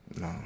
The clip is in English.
No